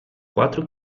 quatro